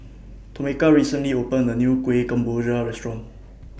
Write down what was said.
Tomeka recently opened A New Kuih Kemboja Restaurant